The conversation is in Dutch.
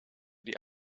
die